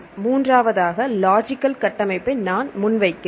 மூன்றாவதாக லாஜிக்கல் கட்டமைப்பை நான் முன் வைக்கிறேன்